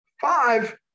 Five